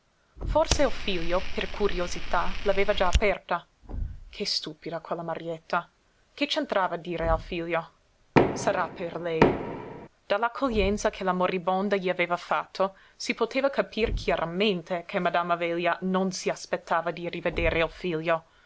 morta forse il figlio per curiosità l'aveva già aperta che stupida quella marietta che c'entrava dire al figlio sarà per lei dall'accoglienza che la moribonda gli aveva fatto si poteva capir chiaramente che madama velia non si aspettava di rivedere il